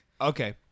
Okay